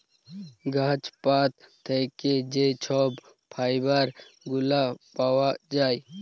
গাহাচ পাত থ্যাইকে যে ছব ফাইবার গুলা পাউয়া যায়